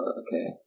okay